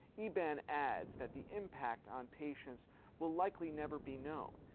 eban adds that the impact on patients will likely never be known,